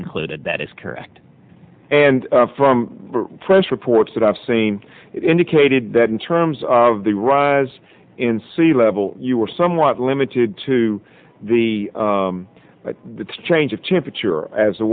included that is correct and from press reports that i've seen it indicated that in terms of the rise in sea level you were somewhat limited to the the change of temperature as the